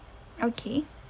okay